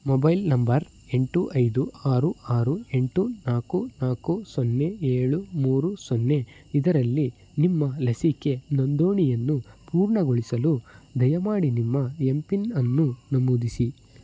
mobile number ಎಂಟು ಐದು ಆರು ಆರು ಎಂಟು ನಾಲ್ಕು ನಾಲ್ಕು ಸೊನ್ನೆ ಏಳು ಮೂರು ಸೊನ್ನೆ ಇದರಲ್ಲಿ ನಿಮ್ಮ ಲಸಿಕೆ ನೋಂದಣಿಯನ್ನು ಪೂರ್ಣಗೊಳಿಸಲು ದಯಮಾಡಿ ನಿಮ್ಮ ಎಮ್ ಪಿನ್ ಅನ್ನು ನಮೂದಿಸಿ